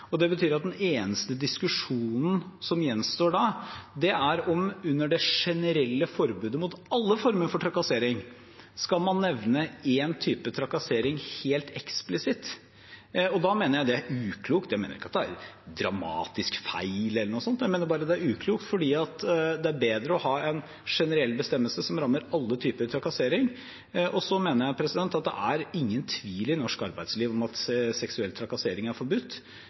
Det betyr at den eneste diskusjonen som gjenstår, er om man under det generelle forbudet mot alle former for trakassering skal nevne én type trakassering helt eksplisitt. Det mener jeg er uklokt. Jeg mener ikke at det er dramatisk feil eller noe sånt. Jeg mener bare det ville være uklokt, fordi det er bedre å ha en generell bestemmelse som rammer alle typer trakassering. Så mener jeg at det i norsk arbeidsliv ikke er noen tvil om at seksuell trakassering er forbudt.